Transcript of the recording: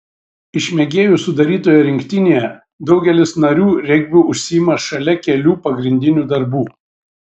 iš mėgėjų sudarytoje rinktinėje daugelis narių regbiu užsiima šalia kelių pagrindinių darbų